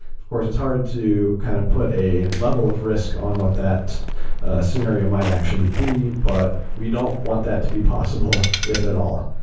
of course, it's hard to kind of put a level of risk on what that scenario might actually be, but we don't want that to be possible if at all.